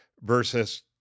versus